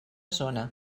zona